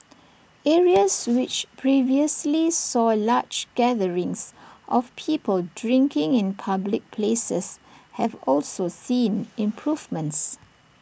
areas which previously saw large gatherings of people drinking in public places have also seen improvements